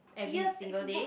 every single day